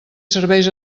serveis